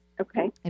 Okay